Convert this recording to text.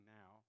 now